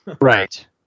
Right